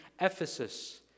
Ephesus